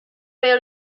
veo